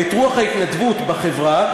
ואת רוח ההתנדבות בחברה,